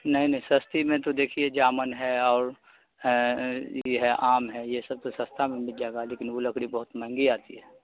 نہیں نہیں سستی میں تو دیکھیے جامن ہے اور ہے یہ ہے آم ہے یہ سب تو سستا میں مل جائے گا لیکن وہ لکڑی بہت مہنگی آتی ہے